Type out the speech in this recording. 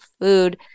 food